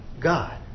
God